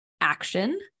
action